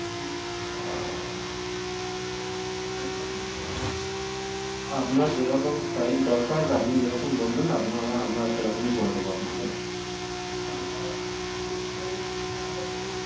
আপনার যেরকম সাইজ দরকার আপনি যেরকম বলবেন আপনারা আমরা সেরকমই করে দেবো আপনাকে